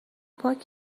پاک